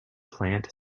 plant